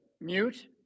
mute